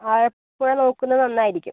ആലപ്പുഴ നോക്കുന്നത് നന്നായിരിക്കും